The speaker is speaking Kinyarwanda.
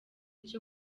cyo